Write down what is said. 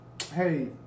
Hey